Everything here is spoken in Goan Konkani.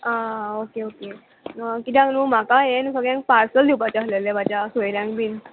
आ ओके ओके किद्याक न्हू म्हाका हें नू सगळ्यांक पार्सल दिवपाचें आसलेलें म्हाज्या सोयऱ्यांक बीन